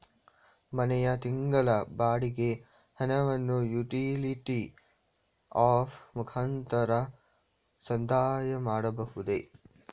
ಮನೆಯ ತಿಂಗಳ ಬಾಡಿಗೆ ಹಣವನ್ನು ಯುಟಿಲಿಟಿ ಆಪ್ ಮುಖಾಂತರ ಸಂದಾಯ ಮಾಡಬಹುದೇ?